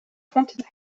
frontenac